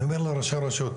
אני אומר לראשי הרשויות,